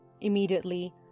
Immediately